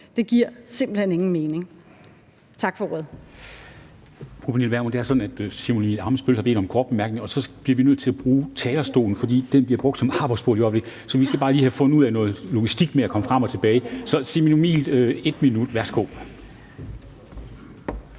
Det giver simpelt hen ingen mening. Tak for ordet.